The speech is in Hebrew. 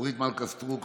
אורית מלכה סטרוק,